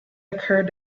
occurred